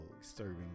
serving